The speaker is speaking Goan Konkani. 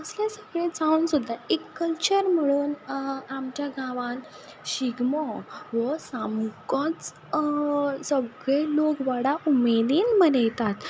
असलें सगलें जावन सुद्दां एक कल्चर म्हणून आमच्या गांवान शिगमो हो सामकोच सगळे लोक व्हडा उमेदीन मनयतात